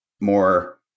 more